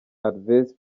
alves